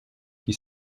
qui